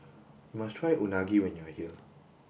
you must try Unagi when you are here